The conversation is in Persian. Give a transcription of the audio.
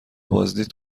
بازدید